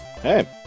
hey